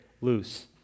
loose